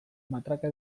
matraka